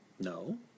No